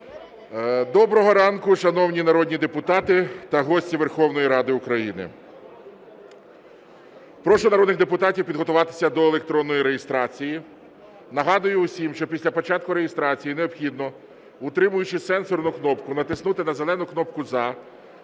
Доброго ранку, шановні народні депутати та гості Верховної Ради України! Прошу народних депутатів підготуватися до електронної реєстрації. Нагадую усім, що після початку реєстрації необхідно, утримуючи сенсорну кнопку, натиснути на зелену кнопку "За"